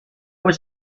was